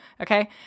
Okay